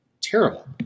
terrible